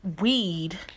weed